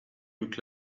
look